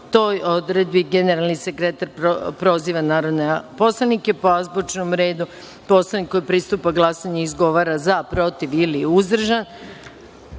toj odredbi generalni sekretar proziva narodne poslanike po azbučnom redu, poslanik koji pristupa glasanju izgovara: „za“, „protiv“ ili „uzdržan“,